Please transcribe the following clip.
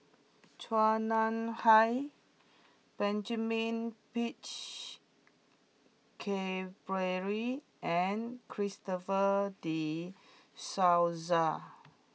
Chua Nam Hai Benjamin Peach Keasberry and Christopher De Souza